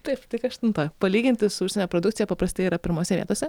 taip tik aštuntoj palyginti su užsienio produkcija paprastai yra pirmose vietose